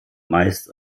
meist